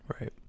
right